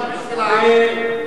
תגיד, למה אנטי-ערבים?